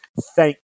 Thank